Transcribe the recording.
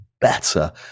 better